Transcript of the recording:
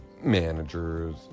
managers